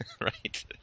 Right